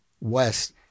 West